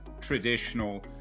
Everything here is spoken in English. traditional